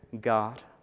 God